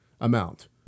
amount